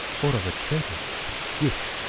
or of a traitor which?